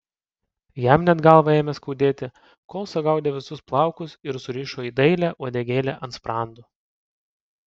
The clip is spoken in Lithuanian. jam net galvą ėmė skaudėti kol sugaudė visus plaukus ir surišo į dailią uodegėlę ant sprando